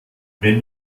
wenn